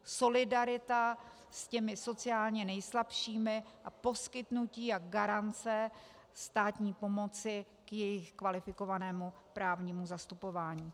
Solidarita s těmi sociálně nejslabšími a poskytnutí a garance státní pomoci k jejich kvalifikovanému právnímu zastupování.